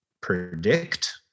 predict